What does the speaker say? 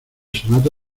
sonata